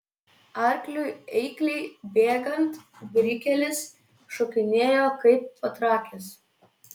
arkliui eikliai bėgant brikelis šokinėjo kaip patrakęs